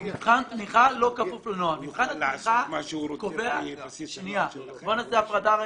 מבחן התמיכה לא כפוף לנוהל, בוא נעשה הפרדה,